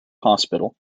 hospital